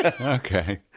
Okay